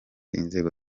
inzego